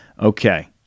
Okay